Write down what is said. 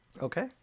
okay